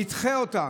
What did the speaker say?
נדחה אותם.